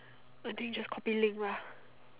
I think just copy link lah